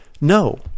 No